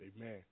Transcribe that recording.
Amen